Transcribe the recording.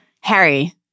Harry